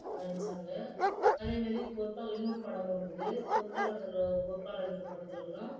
நடித்தாங்க அதேமாரி பொற்கா இன்னொரு படமும் இருக்குது பொற்காலத்தில் பொற்காலன்ற படத்தில் கூடோ